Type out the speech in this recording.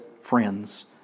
friends